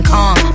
Kong